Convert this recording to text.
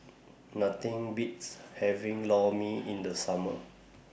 Nothing Beats having Lor Mee in The Summer